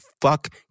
Fuck